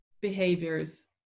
behaviors